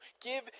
give